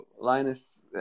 linus